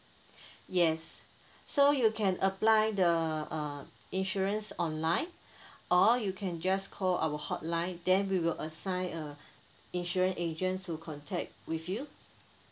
yes so you can apply the uh insurance online or you can just call our hotline then we will assign uh insurance agents to contact with you